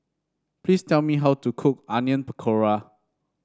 please tell me how to cook Onion Pakora